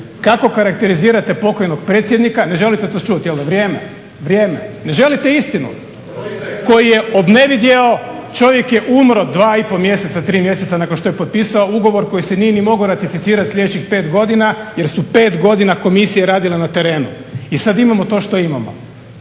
kako karakterizirate pokojnog predsjednika. Ne želite to čuti, je li vrijeme, vrijeme. Ne želite istinu koju je obnevidjeo čovjek je umro dva i pol mjeseca, tri mjeseca nakon što je potpisao ugovor koji se nije ni mogao ratificirati sljedećih pet godina jer su pet godina komisije radile na terenu. I sad imamo to što imamo.